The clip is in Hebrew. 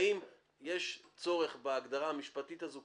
האם יש צורך בהגדרה המשפטית הזו?